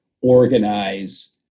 organize